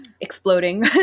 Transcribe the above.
exploding